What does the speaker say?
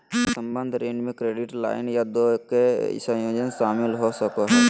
संबंद्ध ऋण में क्रेडिट लाइन या दो के संयोजन शामिल हो सको हइ